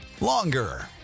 longer